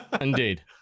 Indeed